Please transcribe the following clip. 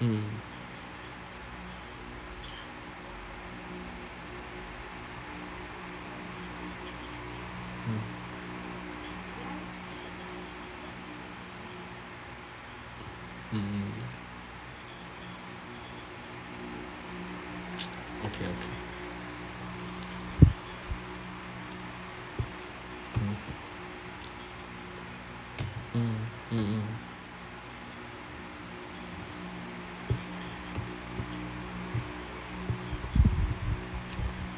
mm mm mmhmm okay okay mm mmhmm